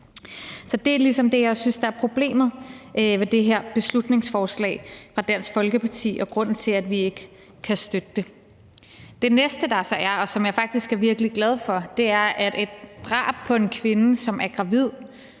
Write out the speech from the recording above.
Så det er ligesom det, jeg synes er problemerne ved det her beslutningsforslag fra Dansk Folkeparti og grunden til, at vi ikke kan støtte det. Det næste er så, at et drab på en kvinde, som er gravid,